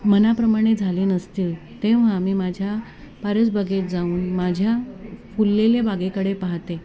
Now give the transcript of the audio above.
मनाप्रमाणे झाले नसतील तेव्हा मी माझ्या परस बागेत जाऊन माझ्या फुललेल्या बागेकडे पाहाते